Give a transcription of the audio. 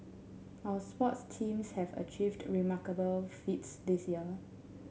our sports teams have achieved remarkable feats this year